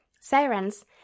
sirens